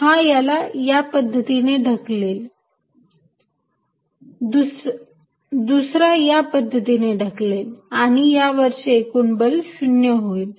हा याला या पद्धतीने ढकलेल दुसरा या पद्धतीने ढकलेल आणि या वरचे एकूण बल 0 होईल